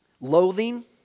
Loathing